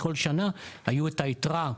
כל שנה היה את היתרה,